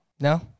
no